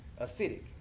acidic